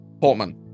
Portman